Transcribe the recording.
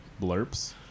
blurps